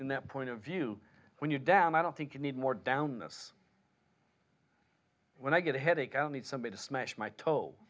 in that point of view when you're down i don't think you need more down this when i get a headache i need somebody smash my